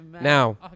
Now